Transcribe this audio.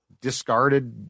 discarded